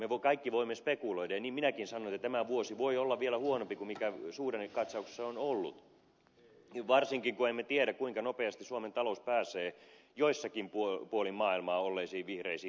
me kaikki voimme spekuloida ja niin minäkin sanoin että tämä vuosi voi olla vielä huonompi kuin suhdannekatsauksessa on ollut varsinkin kun emme tiedä kuinka nopeasti suomen talous pääsee jossakin puolin maailmaa olleisiin vihreisiin oraisiin